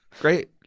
great